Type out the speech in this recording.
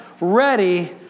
ready